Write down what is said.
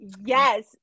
Yes